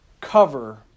cover